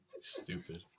Stupid